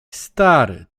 stary